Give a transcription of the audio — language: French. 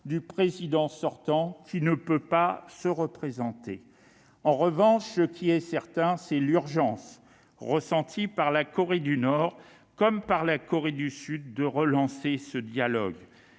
du président sortant, lequel ne peut se représenter. En revanche, ce qui est certain, c'est l'urgence, ressentie par la Corée, du Nord comme du Sud, de relancer le dialogue